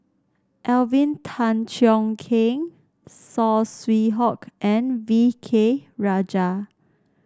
Alvin Tan Cheong Kheng Saw Swee Hock and V K Rajah